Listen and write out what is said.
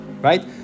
right